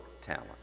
talent